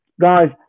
Guys